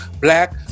black